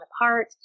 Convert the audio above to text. apart